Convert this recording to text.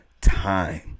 time